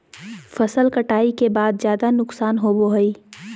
फसल कटाई के बाद ज्यादा नुकसान होबो हइ